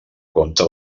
compte